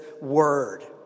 word